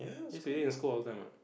I used to eat in school all the time what